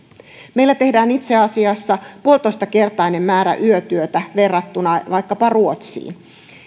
meillä tehdään itse asiassa puolitoistakertainen määrä yötyötä verrattuna vaikkapa ruotsiin